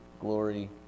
glory